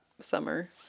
summer